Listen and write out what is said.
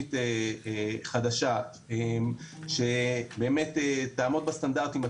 תוכנית חדשה שבאמת תעמוד בסטנדרטים התכנוניים,